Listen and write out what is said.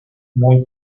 muy